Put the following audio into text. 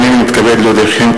אין מתנגדים,